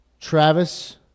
Travis